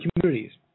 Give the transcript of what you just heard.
communities